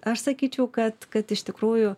aš sakyčiau kad kad iš tikrųjų